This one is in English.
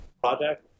project